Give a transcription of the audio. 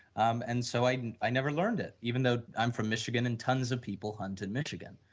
um and so i i never learned it even though i'm from michigan and tons of people hunted michigan.